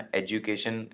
education